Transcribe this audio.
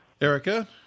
Erica